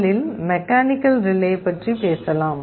முதலில் mechanical relay பற்றி பேசலாம்